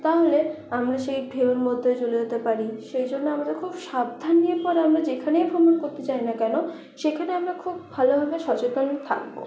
তাহলে আমরা সেই ঢেউয়ের মধ্যে চলে যেতে পারি সেই জন্য আমাদের খুব সাবধান নিয়ে পড়ে আমরা যেখানেই ভ্রমণ করতে যাই না কেন সেখানে আমরা খুব ভালোভাবে সচেতন থাকব